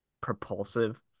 propulsive